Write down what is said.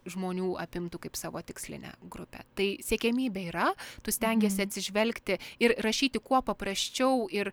žmonių apimtų kaip savo tikslinę grupę tai siekiamybė yra tu stengiesi atsižvelgti ir rašyti kuo paprasčiau ir